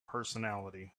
personality